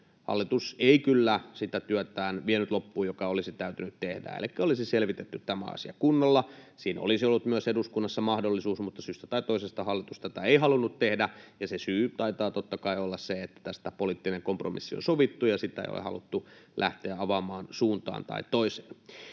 hallitus ei kyllä sitä työtään vienyt loppuun, mikä olisi täytynyt tehdä, elikkä olisi selvitetty tämä asia kunnolla. Siihen olisi ollut myös eduskunnassa mahdollisuus, mutta syystä tai toisesta hallitus tätä ei halunnut tehdä, ja se syy taitaa totta kai olla se, että tästä poliittinen kompromissi on sovittu ja sitä ei ole haluttu lähteä avaamaan suuntaan tai toiseen.